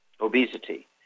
obesity